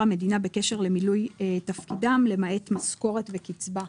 המדינה בקשר למילוי תפקידם למעט משכורת וקצבה,